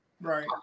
right